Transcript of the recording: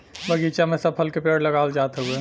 बगीचा में सब फल के पेड़ लगावल जात हउवे